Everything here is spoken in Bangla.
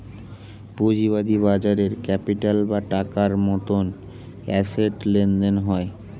পুঁজিবাদী বাজারে ক্যাপিটাল বা টাকার মতন অ্যাসেট লেনদেন হয়